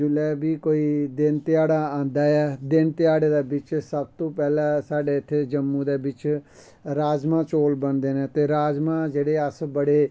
जेल्लै बी कोई दिन ध्याड़ा आंदा ऐ दिन ध्याड़ै दे बिच्च सबतू पैह्ले साढ़े इत्थें जम्मू दै बिच्च राजमां चौल बनदे नै ते राजमां जेह्ड़े अस बड़े